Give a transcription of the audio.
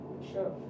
Sure